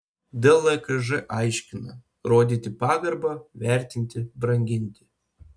dlkž aiškina rodyti pagarbą vertinti branginti